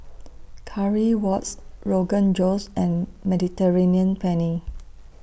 Currywurst Rogan Josh and Mediterranean Penne